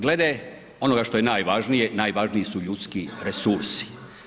Gleda onoga što je najvažnije, najvažniji su ljudski resursi.